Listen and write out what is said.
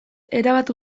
erabat